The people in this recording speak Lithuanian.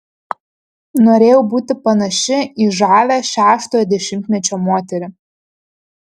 norėjau būti panaši į žavią šeštojo dešimtmečio moterį